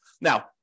Now